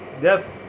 death